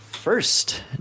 first